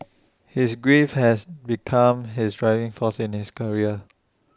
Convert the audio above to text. his grief has become his driving force in his career